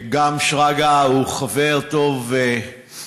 שרגא הוא גם חבר טוב שלי,